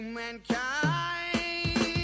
mankind